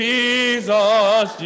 Jesus